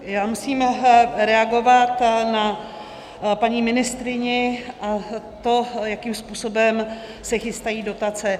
Já musím reagovat na paní ministryni, na to, jakým způsobem se chystají dotace.